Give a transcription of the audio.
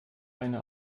eine